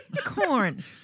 Corn